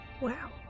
Wow